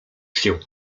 się